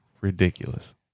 ridiculous